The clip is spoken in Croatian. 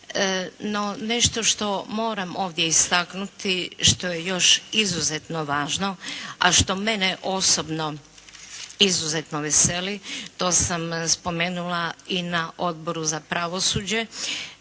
No, nešto što moram ovdje istaknuti što je još izuzetno važno, a što mene osobno izuzetno veseli to sam spomenula i na Odboru za pravosuđe